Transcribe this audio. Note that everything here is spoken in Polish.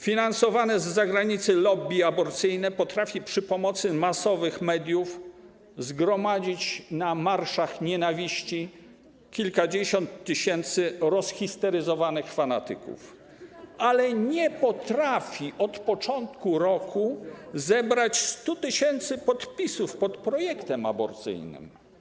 Finansowane z zagranicy lobby aborcyjne potrafi przy pomocy masowych mediów zgromadzić na marszach nienawiści kilkadziesiąt tysięcy rozhisteryzowanych fanatyków, ale nie potrafi od początku roku zebrać 100 tys. podpisów pod projektem aborcyjnym.